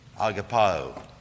Agapao